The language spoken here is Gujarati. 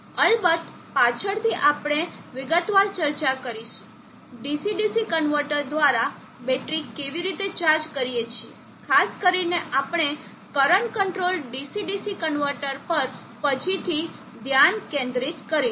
અલબત્ત પાછળથી આપણે વિગતવાર ચર્ચા કરીશું DC DC કન્વર્ટર દ્વારા બેટરી કેવી રીતે ચાર્જ કરીએ છીએ ખાસ કરીને આપણે current control DC DC converter પર પછીથી ધ્યાન કેન્દ્રિત કરીશું